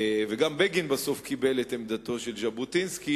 וגם בגין בסוף קיבל את עמדתו של ז'בוטינסקי,